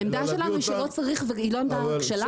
העמדה שלנו שלא צריך היא לא עמדה שלנו.